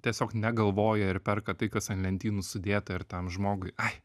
tiesiog negalvoja ir perka tai kas ant lentynų sudėta ir tam žmogui ai